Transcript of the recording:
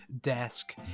desk